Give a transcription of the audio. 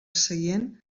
seient